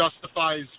justifies